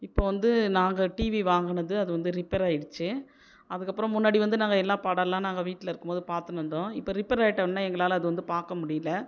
இப்போது வந்து நாங்கள் டிவி வாங்கினது அது வந்து ரிப்பேர் ஆகிடுச்சு அதுக்கு அப்புறம் முன்னாடி வந்து நாங்கள் எல்லாம் படம்லாம் நாங்கள் வீட்டில் இருக்கும் போது பார்த்துன்னு இருந்தோம் இப்போ ரிப்பேர் ஆகிட்டவொன்னே எங்களால் வந்து பார்க்க முடியலை